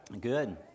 Good